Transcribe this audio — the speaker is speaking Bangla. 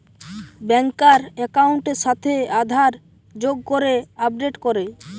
ব্যাংকার একাউন্টের সাথে আধার যোগ করে আপডেট করে